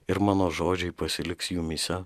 ir mano žodžiai pasiliks jumyse